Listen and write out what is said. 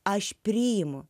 aš priimu